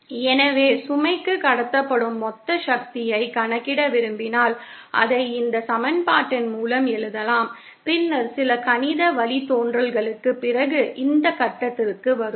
எனவே சுமைக்கு கடத்தப்படும் மொத்த சக்தியைக் கணக்கிட விரும்பினால் அதை இந்த சமன்பாட்டின் மூலம் எழுதலாம் பின்னர் சில கணித வழித்தோன்றல்களுக்குப் பிறகு இந்த கட்டத்திற்கு வருவோம்